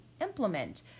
implement